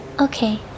Okay